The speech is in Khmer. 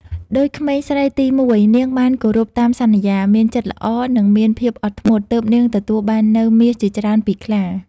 ដូចក្មេងស្រីទីមួយ នាងបានគោរពតាមសន្យា មានចិត្តល្អ និងមានភាពអត់ធ្មត់ ទើបនាងទទួលបាននូវមាសជាច្រើនពីខ្លា។